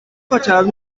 fachadas